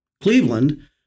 Cleveland